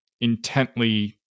intently